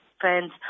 friends